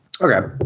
Okay